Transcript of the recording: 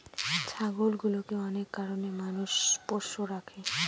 ছাগলগুলোকে অনেক কারনে মানুষ পোষ্য রাখে